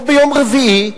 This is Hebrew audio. או ביום רביעי,